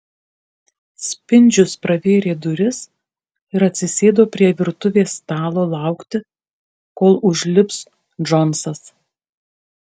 spindžius pravėrė duris ir atsisėdo prie virtuvės stalo laukti kol užlips džonsas